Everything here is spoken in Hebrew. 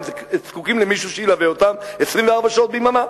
זקוקים למישהו שילווה אותם 24 שעות ביממה,